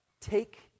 take